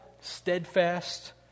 steadfast